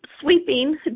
sweeping